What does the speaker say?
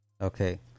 Okay